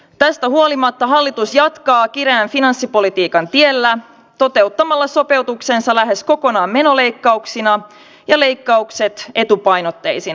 tästä huolimatta hallitus jatkaa kireän finanssipolitiikan tiellä toteuttamalla sopeutuksensa lähes kokonaan menoleikkauksina ja leikkaukset etupainotteisina